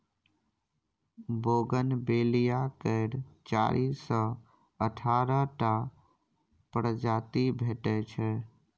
bougainvillea केर चारि सँ अठारह टा प्रजाति भेटै छै